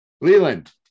Leland